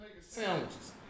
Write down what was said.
sandwiches